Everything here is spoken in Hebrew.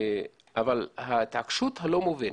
אבל ההתעקשות הלא מובנת,